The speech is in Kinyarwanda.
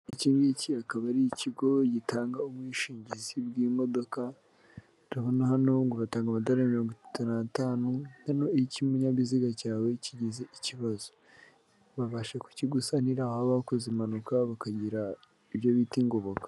Ikingiki akaba ari ikigo gitanga ubwishingizi bw'imodoka ndabona hano ngo itatu n'atanu bano iyo ikinyabiziga cyawe kigize ikibazo babasha kukigusanira waba wakoze impanuka bakagira ibyo bita ingoboka.